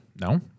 No